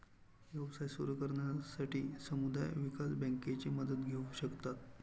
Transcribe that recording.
व्यवसाय सुरू करण्यासाठी समुदाय विकास बँकेची मदत घेऊ शकता